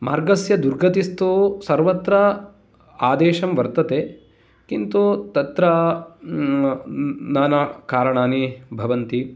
मार्गस्य दुर्गतिस्तो सर्वत्र आदेशं वर्तते किन्तु तत्र नानाकारणानि भवन्ति